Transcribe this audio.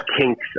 kinks